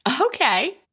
Okay